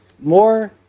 More